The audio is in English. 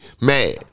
mad